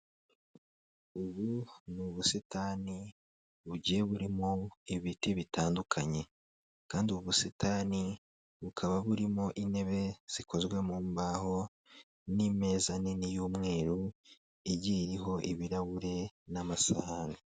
Ubu ni ubusitani bugiye burimo ibiti bitandukanye kandi ubu ubusitani bukaba burimo intebe zikozwe mu mbaho n'imeza nini y'umweru igiye iriho ibirahuri n'amasahani.